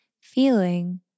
feeling